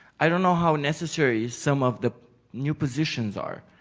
i don't know how necessary some of the new positions are.